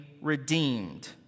redeemed